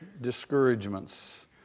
discouragements